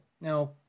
now